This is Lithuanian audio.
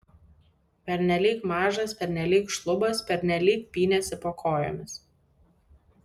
pernelyg mažas pernelyg šlubas pernelyg pynėsi po kojomis